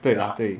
对啦对